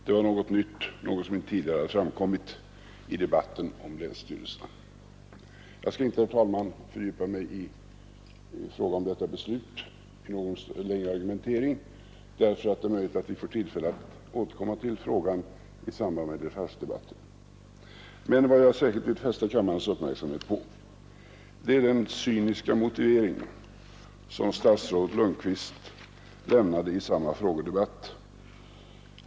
Det var något nytt, något som inte tidigare framkommit i debatten om länsstyrelserna. Jag skall inte, herr talman, fördjupa mig i fråga om detta beslut i någon längre argumentering. Det är möjligt att vi får tillfälle att återkomma till frågan i samband med dechargedebatten. Vad jag vill fästa kammarens uppmärksamhet på är den cyniska motivering som statsrådet Lundkvist lämnade i samma frågedebatt.